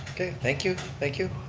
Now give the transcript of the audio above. okay, thank you, thank you.